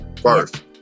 first